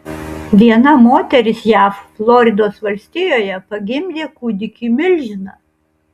viena moteris jav floridos valstijoje pagimdė kūdikį milžiną